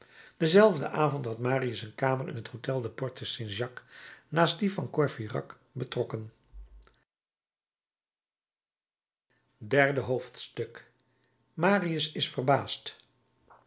denzelfden avond had marius een kamer in het hôtel der porte st jacques naast die van courfeyrac betrokken derde hoofdstuk marius is verbaasd